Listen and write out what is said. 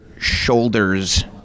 shoulders